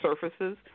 surfaces